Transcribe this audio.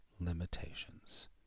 limitations